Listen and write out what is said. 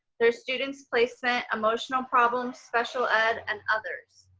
their students placement, emotional problems, special ed and others.